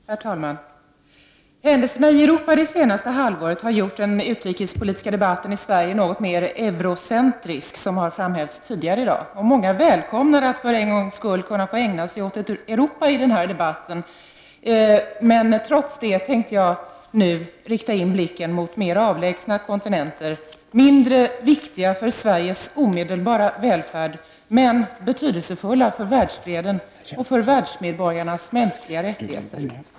Herr talman! Händelserna i Europa det senaste halvåret har gjort den utrikespolitiska debatten i Sverige något mer ”eurocentrisk”, som har framhävts tidigare i dag. Många välkomnar att för en gångs skull få ägna sig åt Europa i denna debatt. Trots det tänkte jag nu rikta in blicken mot mera avlägsna kontinenter, mindre viktiga för Sveriges omedelbara välfärd men betydelsefulla för världsfreden och för världsmedborgarnas mänskliga rättigheter.